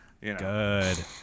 good